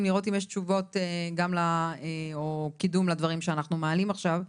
ולראות אם יש תשובות או קידום גם לדברים שאנחנו מעלים עכשיו,